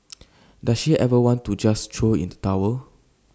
does she ever want to just throw in the towel